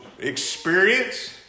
experience